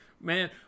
Man